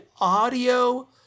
audio